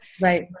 Right